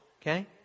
okay